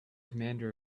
commander